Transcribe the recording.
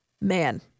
Man